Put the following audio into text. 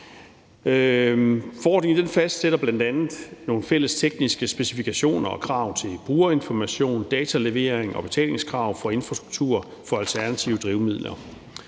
Forordningen fastsætter bl.a. nogle fælles tekniske specifikationer og krav til brugerinformation, datalevering og betalingskrav for infrastruktur for alternative drivmidler.